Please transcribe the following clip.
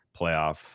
playoff